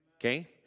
Okay